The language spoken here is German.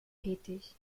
tätig